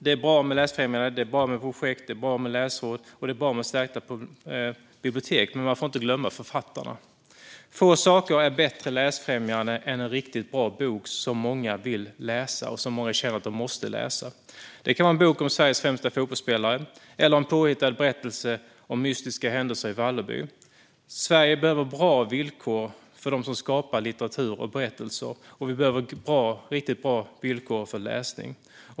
Det är bra med läsfrämjande, det är bra med projekt, det är bra med läsråd och det är bra med stärkta bibliotek, men man får inte glömma författarna. Få saker är bättre läsfrämjare än en riktigt bra bok som många vill läsa. Det kan vara en bok om Sveriges främsta fotbollsspelare eller en påhittad berättelse om mystiska händelser i Valleby. Sverige behöver bra villkor för dem som skapar litteratur och berättelser, och vi behöver riktigt bra villkor för läsning.